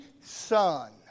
son